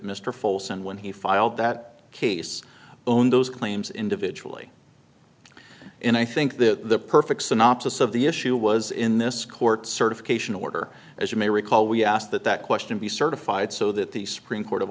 mr folson when he filed that case own those claims individually and i think the perfect synopsis of the issue was in this court certification order as you may recall we asked that that question be certified so that the supreme court of